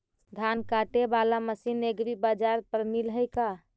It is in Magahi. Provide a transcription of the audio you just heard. धान काटे बाला मशीन एग्रीबाजार पर मिल है का?